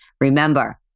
Remember